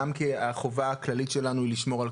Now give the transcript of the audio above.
גם כי החובה הכללית שלנו היא לשמור על